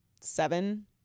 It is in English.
seven